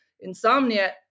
insomnia